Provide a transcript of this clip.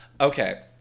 Okay